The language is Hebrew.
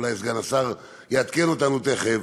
אולי סגן השר יעדכן אותנו תכף,